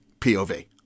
POV